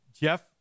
Jeff